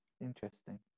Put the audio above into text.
Interesting